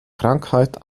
krankheit